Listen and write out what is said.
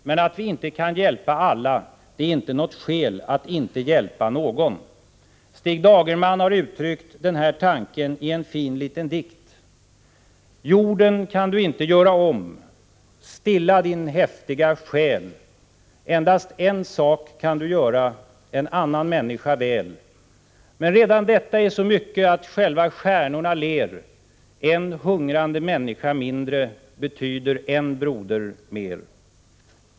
Men att vi inte kan hjälpa alla utgör inte något skäl för att vi inte skall hjälpa någon. Stig Dagerman har uttryckt denna tanke i en fin liten dikt: Jorden kan du inte göra om. Stilla din häftiga själ. Endast en sak kan du göra: en annan människa väl. Men detta är redan så mycket att själva stjärnorna ler. En hungrande människa mindre betyder en broder mer.